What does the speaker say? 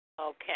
Okay